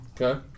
Okay